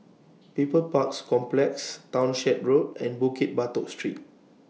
People's Park Complex Townshend Road and Bukit Batok Street